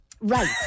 Right